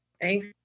Thanks